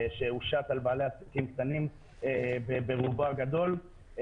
שהושת על בעלי עסקים קטנים ברובו הגדול,